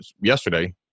yesterday